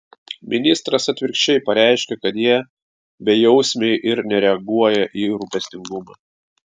ministras atvirkščiai pareiškia kad jie bejausmiai ir nereaguoja į rūpestingumą